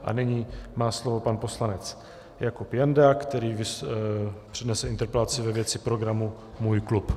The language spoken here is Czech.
A nyní má slovo pan poslanec Jakub Janda, který přednese interpelaci ve věci programu Můj klub.